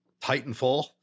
Titanfall